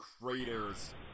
craters